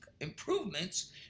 improvements